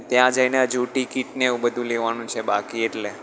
ત્યાં જઈને હજુ ટિકિટ ને એવું બધું લેવાનું છે બાકી એટલે